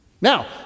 Now